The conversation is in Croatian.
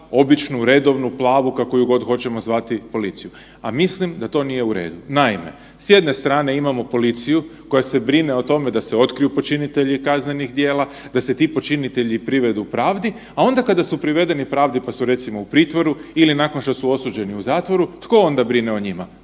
obično, redovnu, plavu, kako ju god hoćemo zvati, policiju, a mislim da to nije u redu. Naime, s jedne strane imamo policiju koja se brine o tome da se otkriju počinitelji kaznenih djela, da se ti počinitelji privedu pravdi, a onda kada su privedeni pravdi pa su, recimo, u pritvoru ili nakon što su osuđeni u zatvoru, tko onda brine o njima?